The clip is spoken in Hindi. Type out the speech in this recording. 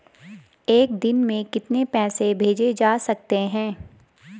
एक दिन में कितने पैसे भेजे जा सकते हैं?